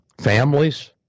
families